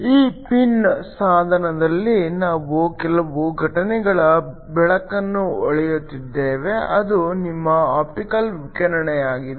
ಈ ಪಿನ್ ಸಾಧನದಲ್ಲಿ ನಾವು ಕೆಲವು ಘಟನೆಗಳ ಬೆಳಕನ್ನು ಹೊಳೆಯುತ್ತಿದ್ದೇವೆ ಅದು ನಿಮ್ಮ ಆಪ್ಟಿಕಲ್ ವಿಕಿರಣವಾಗಿದೆ